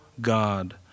God